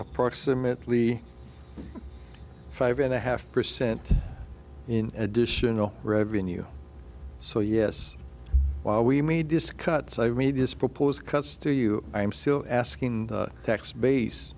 approximately five and a half percent in additional revenue so yes while we made this cuts i read his proposed cuts to you i'm still asking tax base